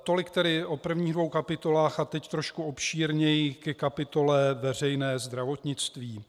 Tolik tedy o prvních dvou kapitolách a teď trošku obšírněji ke kapitole Veřejné zdravotnictví.